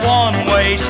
one-way